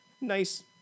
nice